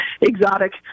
exotic